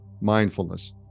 mindfulness